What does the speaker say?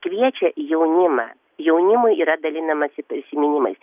kviečia jaunimą jaunimui yra dalinamasi prisiminimai